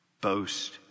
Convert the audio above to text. Boast